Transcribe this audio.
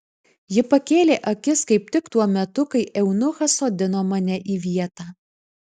ji pakėlė akis kaip tik tuo metu kai eunuchas sodino mane į vietą